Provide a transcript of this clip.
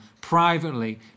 privately